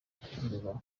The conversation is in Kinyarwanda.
nduba